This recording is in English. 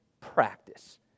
practice